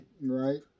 Right